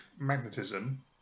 magnetism